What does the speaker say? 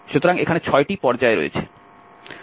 সুতরাং এখানে ছয়টি পর্যায় রয়েছে